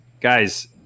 Guys